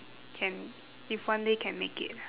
can if one day can make it